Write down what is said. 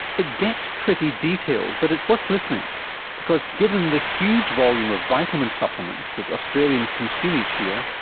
it gets pretty detailed but it's worth listening because given the huge volume of vitamin supplements that australians consume each year,